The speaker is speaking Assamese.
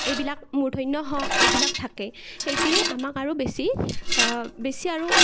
এইবিলাক মূৰ্ধন্য ষ এইবিলাক থাকে সেইটোৱে আমাক আৰু বেছি বেছি আৰু